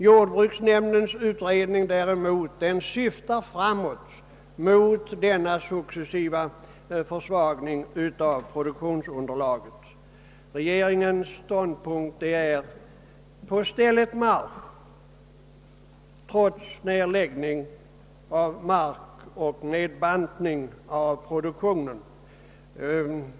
Jordbruksnämndens utredning syftar däremot framåt mot denna successiva försvagning av produktionsunderlaget. Regeringens ståndpunkt är på stället marsch, trots nedläggning av mark och nedbantning av produktionen.